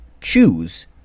choose